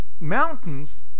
Mountains